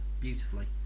beautifully